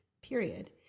period